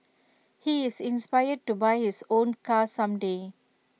he is inspired to buy his own car some day